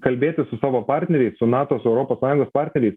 kalbėtis su savo partneriais su nato su europos sąjungos partneriais